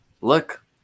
Look